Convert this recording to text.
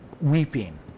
weeping